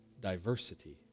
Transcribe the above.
diversity